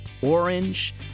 Orange